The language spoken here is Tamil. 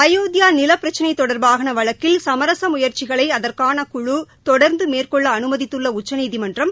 அயோத்தியா நிலப் பிரச்சினை தொடா்பாக வழக்கில் சமரச முயற்சிகளை அதற்கான குழு தொடா்ந்து மேற்கொள்ள அனுமதித்துள்ள உச்சநீதிமன்றம்